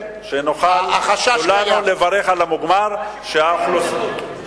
כן, שנוכל כולנו לברך על המוגמר, זה טוב.